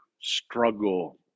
struggle